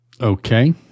Okay